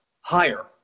higher